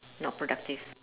not productive